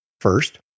First